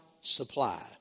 supply